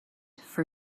for